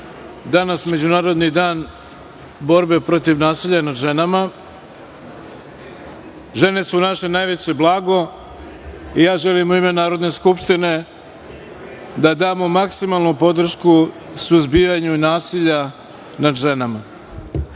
danas Međunarodni dan borbe protiv nasilja nad ženama. Žene su naše najveće blago i ja želim u ime Narodne skupštine da damo maksimalnu podršku suzbijanju nasilja nad ženama. Drugo,